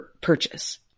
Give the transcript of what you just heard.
purchase